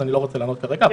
אז אני לא רוצה לענות כרגע.